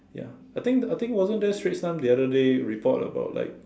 ya I think I think wasn't there Straits Times the other day report about like